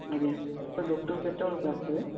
ଆଜ୍ଞା sir doctor କେତେବେଳକୁ ଆସିବେ